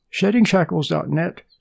SheddingShackles.net